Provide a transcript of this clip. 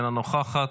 אינה נוכחת,